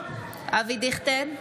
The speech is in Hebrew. אבי דיכטר,